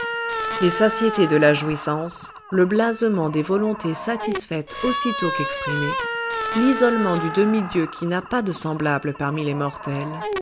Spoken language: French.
les satiétés de la jouissance le blasement des volontés satisfaites aussitôt qu'exprimées l'isolement du demi-dieu qui n'a pas de semblables parmi les mortels